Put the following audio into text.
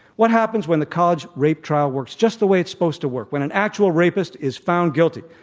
what happens when the college rape trial works just the way it's supposed to work when an actual rapist is found guilty?